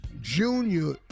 Junior